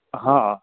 ਹਾਂ